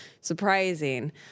surprising